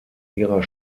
ihrer